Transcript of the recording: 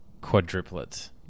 quadruplets